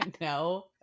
no